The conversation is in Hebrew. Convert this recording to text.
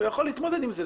הוא יכול להתמודד עם זה,